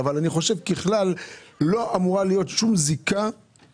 ככלל אני חושב שלא אמורה להיות כל זיקה